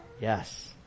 Yes